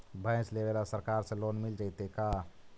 भैंस लेबे ल सरकार से लोन मिल जइतै का?